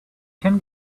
can